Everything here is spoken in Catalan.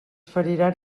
feriran